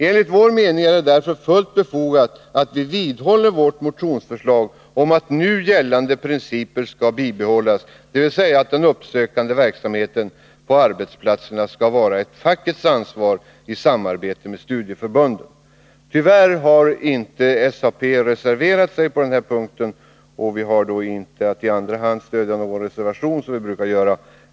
Enligt vår mening är det därför fullt befogat att vi vidhåller vårt motionsförslag om att nu gällande principer skall bibehållas, dvs. att facket i samarbete med studieförbunden skall ansvara för den uppsökande verksamheten på arbetsplatserna. Tyvärr har inte SAP reserverat sig på denna punkt. Vi har därför inte att i andra hand stödja någon reservation här, som vi brukar göra.